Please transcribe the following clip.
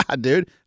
dude